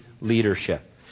leadership